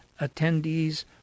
attendees